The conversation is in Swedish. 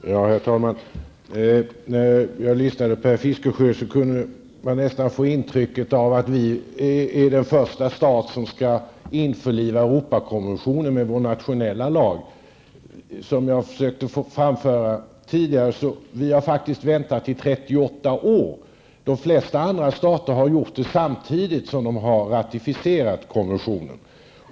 Herr talman! När jag lyssnade till Bertil Fiskesjö fick jag nästan intrycket av att Sverige är den första stat som skall införliva Europakonventionen i vår nationella lag. Som jag tidigare försökte framföra har vi faktiskt väntat i 38 år. De flesta andra stater har införlivat lagstiftningen samtidigt som de har ratificerat konventionen.